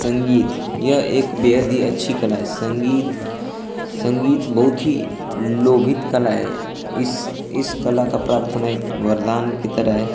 संगीत यह एक बेहद ही अच्छी कला है संगीत संगीत बहुत ही लोभित कला है इस इस कला का प्रावधान एक वरदान के तरह है